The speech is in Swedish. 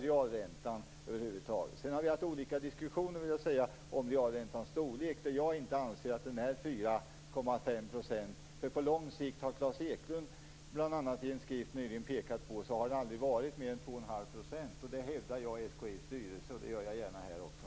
Vi har haft olika diskussioner om realräntans storlek. Jag anser inte att den är 4,5 %. Bl.a. Klas Eklund har nyligen i en skrift pekat på att den aldrig har varit mer än ca 2,5 %. Detta hävdar jag i SKI:s styrelse. Det gör jag gärna här också.